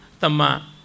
tama